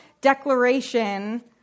declaration